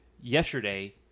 yesterday